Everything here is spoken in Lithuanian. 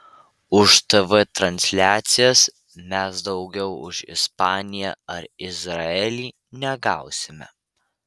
už tv transliacijas mes daugiau už ispaniją ar izraelį negausime